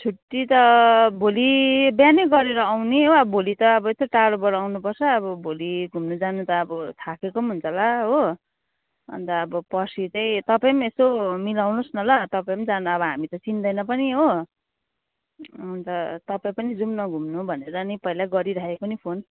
छुट्टी त भोलि बिहानै गरेर आउने हो अब भोलि त अब यत्रो टाढोबाट आउनु पर्छ अब भोलि घुम्नु जानु त आबो थाकेको पनि हुन्छ होला हो अन्त अब पर्सि चाहिँ तपाईँ पनि यसो मिलाउनुहोस् न ल तपाईँ पनि जानु अब हामी त चिन्दैनँ पनि हो अन्त तपाईँ पनि जुम्न घुम्नु भनेर पहिल्यै गरिराखेको नि फोन